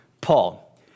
Paul